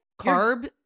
Carb